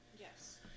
Yes